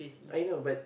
I know but